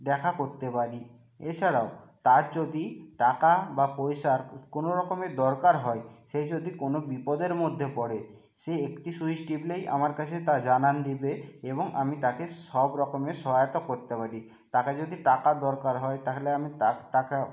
দেখা করতে পারি এ ছাড়াও তার যদি টাকা বা পয়সার কোন রকমের দরকার হয় সে যদি কোনো বিপদের মধ্যে পড়ে সে একটি সুইচ টিপলেই আমার কাছে তা জানান দেবে এবং আমি তাকে সব রকমের সহায়তা করতে পারি তাকে যদি টাকার দরকার হয় তাহলে আমি তার টাকা